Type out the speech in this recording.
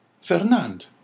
Fernand